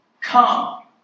come